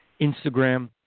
Instagram